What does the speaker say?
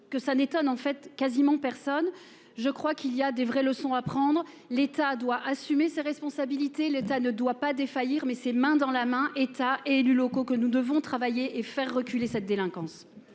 que ça n'étonne en fait quasiment personne. Je crois qu'il y a des vraies leçons à prendre. L'État doit assumer ses responsabilités, l'État ne doit pas défaillir mais c'est main dans la main, État, élus locaux que nous devons travailler et faire reculer cette délinquance.